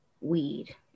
weed